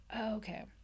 Okay